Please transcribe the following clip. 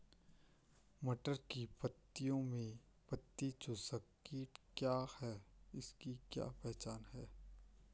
मटर की पत्तियों में पत्ती चूसक कीट क्या है इसकी क्या पहचान है?